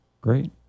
Great